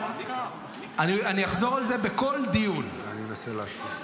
ואני אחזור על זה בכל דיון: תראה,